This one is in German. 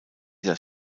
das